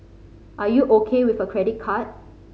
are you O K with a credit card